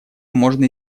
можно